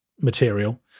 material